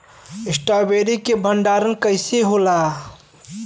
Strawberry के भंडारन कइसे होला?